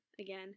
again